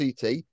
CT